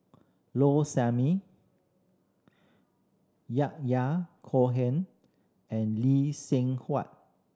Low Sanmay Yahya Cohen and Lee Seng Huat